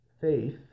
Faith